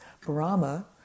brahma